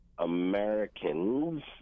Americans